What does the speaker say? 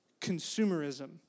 consumerism